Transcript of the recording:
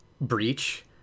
breach